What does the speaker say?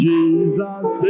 Jesus